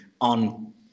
on